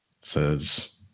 says